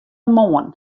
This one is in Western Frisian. moarn